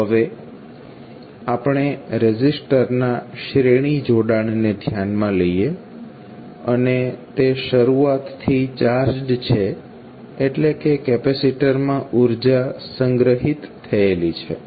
તો હવે આપણે રેઝિસ્ટરનાં શ્રેણી જોડાણને ધ્યાનમાં લઈએ અને તે શરૂઆતથી ચાર્જ્ડ છે એટલે કે કેપેસીટરમાં ઉર્જા સંગ્રહિત થયેલી છે